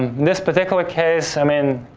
this particular case, i mean,